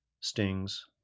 stings